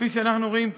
כפי שאנחנו רואים כאן,